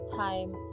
time